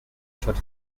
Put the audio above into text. short